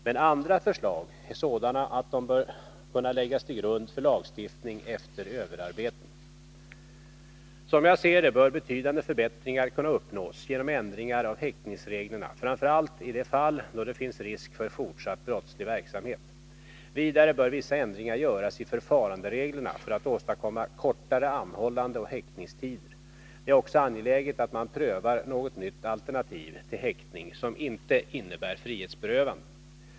Men andra förslag är sådana att de bör kunna läggas till grund för lagstiftning efter överarbetning. Som jag ser det bör betydande förbättringar kunna uppnås genom ändringar av häktningsreglerna framför allt i de fall då det finns risk för fortsatt brottslig verksamhet. Vidare bör vissa ändringar göras i förfarandereglerna för att åstadkomma kortare anhållandeoch häktningstider. Det är också angeläget att man prövar något nytt alternativ till häktning som inte innebär frihetsberövande.